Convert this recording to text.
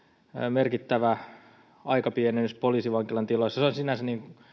merkittävä aikapienennys poliisivankilan tiloissa on sinänsä